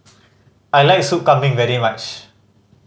I like Soup Kambing very much